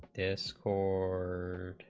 this scorer